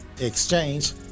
exchange